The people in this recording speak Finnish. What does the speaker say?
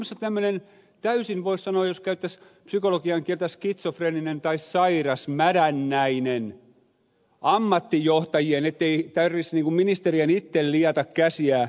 suomessa on tämmöinen täysin voisi sanoa jos käyttäisi psykologian kieltä skitsofreeninen tai sairas mädännäinen ammattijohtajien joukko ettei tarvitse ministerien itse liata käsiään